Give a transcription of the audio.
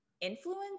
influence